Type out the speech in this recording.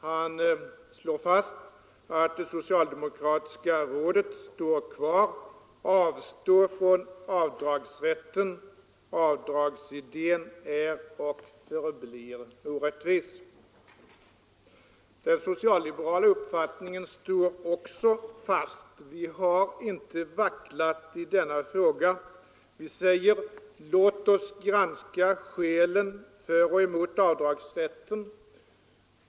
Han slår fast att det socialdemokratiska rådet står kvar: avstå från avdragsrätten, avdragsidén är och förblir orättvis. Den socialliberala uppfattningen står också fast. Vi har inte vacklat i denna fråga. Vi säger: Låt oss granska skälen för och emot avdragsrätten.